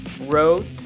wrote